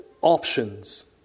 options